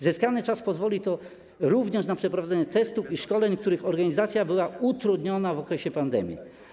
Zyskany czas pozwoli również na przeprowadzenie testów i szkoleń, których organizacja była utrudniona w okresie pandemii.